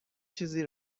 چیزی